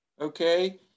okay